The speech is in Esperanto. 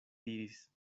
diris